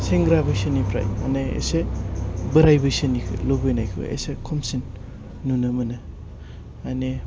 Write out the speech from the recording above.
सेंग्रा बैसोनिफ्राय माने बोराइ बैसोनि लुबैनायखौ इसे खमसिन नुनो मोनो माने